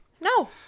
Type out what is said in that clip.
no